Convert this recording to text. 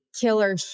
killer